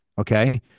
Okay